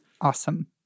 Awesome